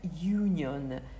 union